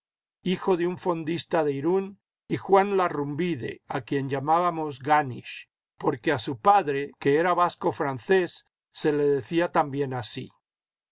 hijo de un fondista de irún y juan larrumbide a quien llamábamos ganisch porque a su padre que era vasco francés se le decía también así